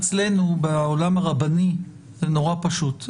אצלנו בעולם הרבני זה נורא פשוט.